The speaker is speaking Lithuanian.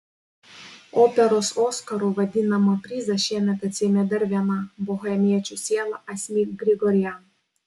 operos oskaru vadinamą prizą šiemet atsiėmė dar viena bohemiečių siela asmik grigorian